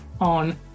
on